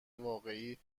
واقعی